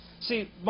See